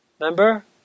Remember